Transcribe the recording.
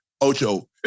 Ocho